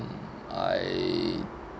I